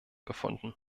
gefunden